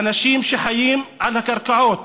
האנשים שחיים על הקרקעות.